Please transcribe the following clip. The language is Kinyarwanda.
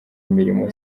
imirimo